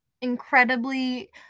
incredibly